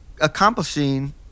accomplishing